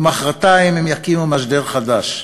ומחרתיים הם יקימו משדר חדש.